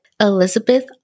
Elizabeth